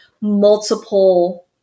multiple